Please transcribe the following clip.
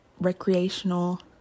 recreational